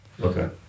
Okay